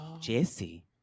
Jesse